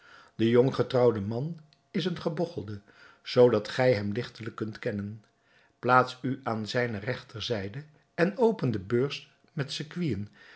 de jong getrouwde man is een gebogchelde zoodat gij hem ligtelijk kunt kennen plaats u aan zijne regterzijde en open de beurs met